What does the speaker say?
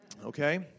Okay